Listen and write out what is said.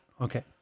Okay